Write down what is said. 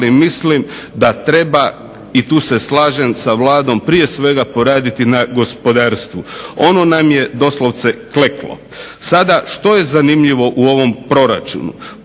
ali mislim da treba i tu se slažem sa Vladom, prije svega poraditi na gospodarstvu. Ono nam je doslovce kleklo. Sada što je zanimljivo u ovom proračunu.